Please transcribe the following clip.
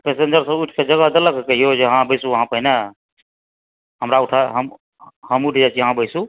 तऽ पैसेंजर सब उठि कऽ जगह देलक कहियो जे हॅं बैसू आहाँ पहिने हमरा उठा हम उठि जाइ छी आहाँ बैसू